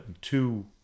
two